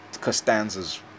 Costanza's